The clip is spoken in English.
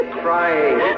crying